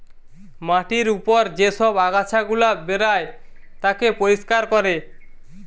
মাটির উপর যে সব আগাছা গুলা বেরায় তাকে পরিষ্কার কোরে